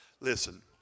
Listen